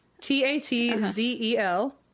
T-A-T-Z-E-L